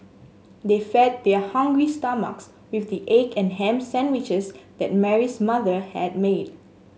they fed their hungry stomachs with the egg and ham sandwiches that Mary's mother had made